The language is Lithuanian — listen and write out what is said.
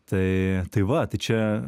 tai tai va čia